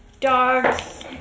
Dogs